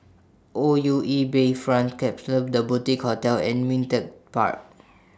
O U E Bayfront Klapsons The Boutique Hotel and Ming Teck Park